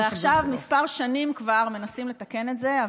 ועכשיו כמה שנים כבר מנסים לתקן את זה.